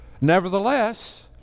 Nevertheless